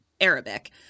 Arabic